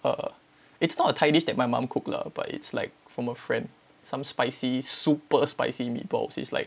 err it's not a thai dish that my mom cook lah but it's like from a friend some spicy super spicy meat balls it's like